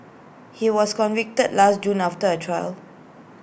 he was convicted last June after A trial